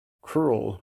cruel